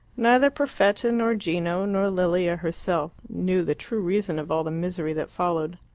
neither perfetta, nor gino, nor lilia herself knew the true reason of all the misery that followed.